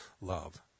love